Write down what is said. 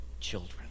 children